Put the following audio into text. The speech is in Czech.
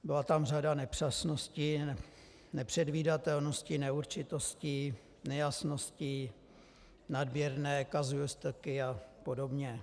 Byla tam řada nepřesností, nepředvídatelností, neurčitostí, nejasností, nadměrné kazuistiky a podobně.